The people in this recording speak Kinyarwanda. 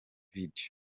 video